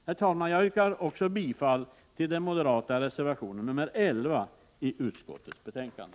Herr talman! Jag yrkar också bifall till den moderata reservationen 11 i utskottets betänkande.